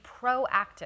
proactive